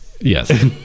Yes